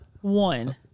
One